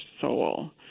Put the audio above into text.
soul